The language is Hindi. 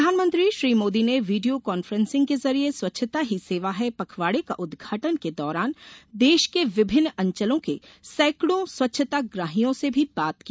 प्रधानमंत्री श्री मोदी ने वीडियों कॉफ्रेसिंक के जरिये स्वच्छता ही सेवा है पखवाडे का उदघाटन के दौरान देश के विभिन्न अंचलों के सैकडों स्वच्छता ग्राहियों से भी बात की